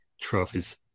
trophies